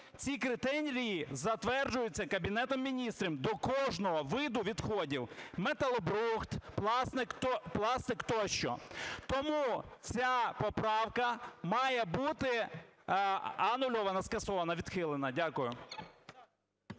Ці критерії затверджуються Кабінетом Міністрів до кожного виду відходів: металобрухт, пластик тощо. Тому ця поправка має бути анульована, скасована, відхилена. Дякую.